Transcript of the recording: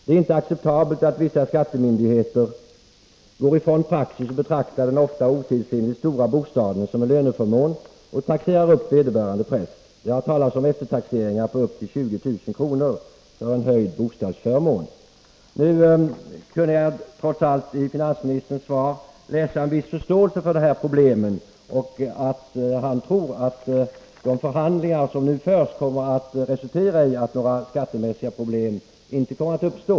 Det är inte acceptabelt att vissa skattemyndigheter går ifrån praxis och betraktar den ofta otidsenligt stora bostaden som en löneförmån och taxerar upp vederbörande präst. Det har talats om eftertaxeringar på upp till 20 000 kr. till följd av en uppvärdering av bostadsförmånen. Jag kunde i finansministerns svar trots allt läsa en viss förståelse för det här problemet. Han tror att de förhandlingar som nu pågår resulterar i att några skattemässiga problem inte kommer att uppstå.